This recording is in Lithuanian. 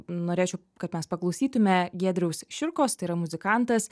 norėčiau kad mes paklausytume giedriaus širkos tai yra muzikantas